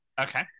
Okay